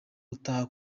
utaka